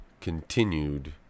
continued